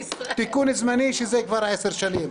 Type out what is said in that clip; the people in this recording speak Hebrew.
תיקון זמני שהוא כבר עשר שנים.